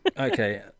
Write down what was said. Okay